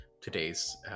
today's